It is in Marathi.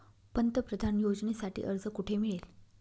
पंतप्रधान योजनेसाठी अर्ज कुठे मिळेल?